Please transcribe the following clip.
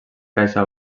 caixa